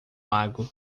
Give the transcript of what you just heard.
lago